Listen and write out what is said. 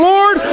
Lord